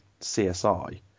CSI